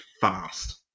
fast